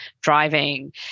driving